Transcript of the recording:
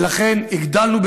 ולכן הגדלנו,